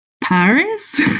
paris